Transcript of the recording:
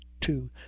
two